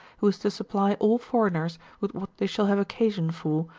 who is to supply all foreigners with what they shall have occasion for,